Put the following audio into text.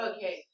Okay